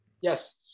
Yes